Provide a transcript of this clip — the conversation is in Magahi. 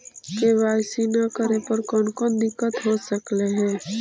के.वाई.सी न करे पर कौन कौन दिक्कत हो सकले हे?